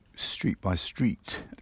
street-by-street